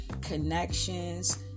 connections